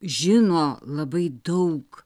žino labai daug